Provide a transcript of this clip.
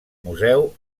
museu